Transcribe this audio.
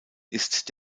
ist